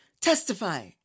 testify